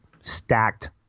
stacked